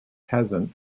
peasant